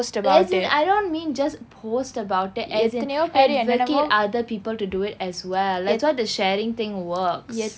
as in I don't mean just post about as in advocate other people to do it as well that's what the sharing thing works